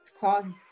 cause